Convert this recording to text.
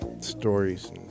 stories